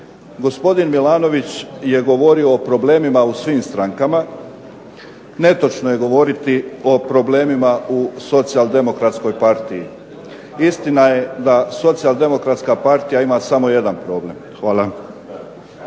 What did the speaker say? Gospodin MIlanović je govorio o problemima u svim strankama, netočno je govoriti o problemima u socijal-demokratskoj partiji. Istina je da socijal-demokratska partija ima samo jedan problem. Hvala.